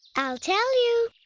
i'll tell youu.